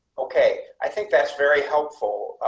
okay, i think that's very helpful.